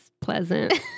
pleasant